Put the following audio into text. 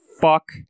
fuck